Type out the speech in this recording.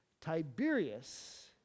tiberius